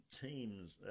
teams